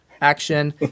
action